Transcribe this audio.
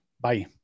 Bye